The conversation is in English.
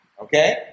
Okay